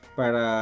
para